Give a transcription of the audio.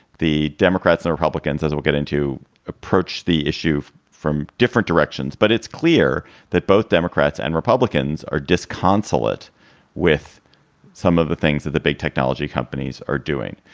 the democrats and republicans, as we'll get into approach the issue from different directions. but it's clear that both democrats and republicans are disconsolate with some of the things that the big technology companies are doing.